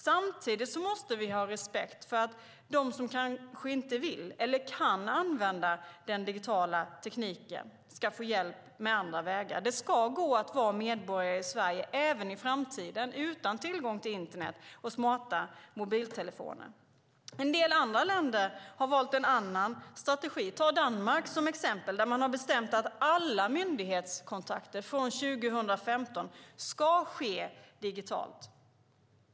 Samtidigt måste vi ha respekt för att de som kanske inte vill eller kan använda den digitala tekniken ska få hjälp med andra vägar. Det ska gå att vara medborgare i Sverige även i framtiden även utan tillgång till internet och smarta mobiltelefoner. En del andra länder har valt en annan strategi. Ta Danmark, till exempel, där man har bestämt att alla myndighetskontakter från 2015 ska ske digitalt.